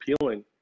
appealing